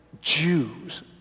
Jews